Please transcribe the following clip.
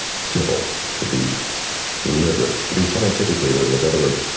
civil, to be literate, to be scientifically literate. in other words,